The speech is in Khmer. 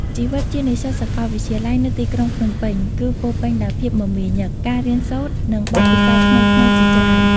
ជីវិតជានិស្សិតសាកលវិទ្យាល័យនៅទីក្រុងភ្នំពេញ គឺពោរពេញដោយភាពមមាញឹក ការរៀនសូត្រ និងបទពិសោធន៍ថ្មីៗជាច្រើន។